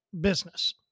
business